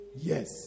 yes